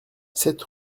sept